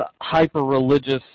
hyper-religious